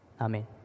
Amen